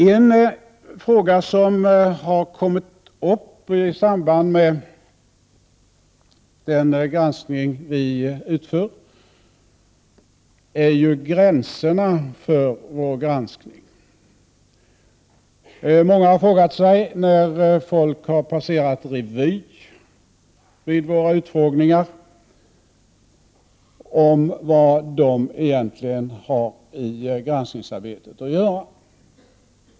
En fråga som har kommit upp i samband med den granskning som vi i konstitutionsutskottet utför är gränserna för granskningen. När människor har passerat revy vid utfrågningarna har många frågat sig vad dessa egentligen har med granskningsarbetet att göra.